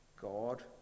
God